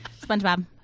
SpongeBob